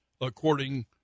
according